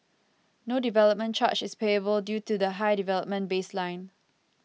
no development charge is payable due to the high development baseline